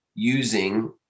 using